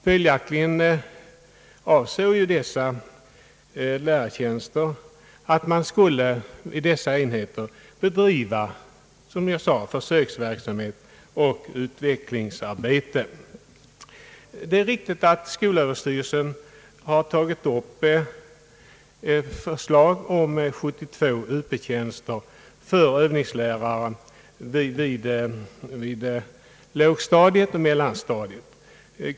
Dessa lärartjänster har tillkommit i syfte att vid skolenheterna skulle bedrivas som jag sade försöksverksamhet och utvecklingsarbete. Det är riktigt att skolöverstyrelsen har framfört förslag om 72 Up-tjänster för övningslärare vid lågoch mellanstadier.